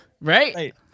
right